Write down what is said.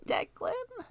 Declan